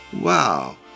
Wow